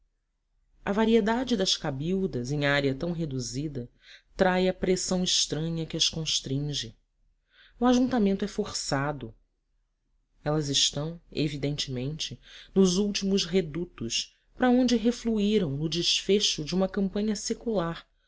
a variedade das cabildas em área tão reduzida trai a pressão estranha que as constringe o ajuntamento é forçado elas estão evidentemente nos últimos redutos para onde refluíram no desfecho de uma campanha secular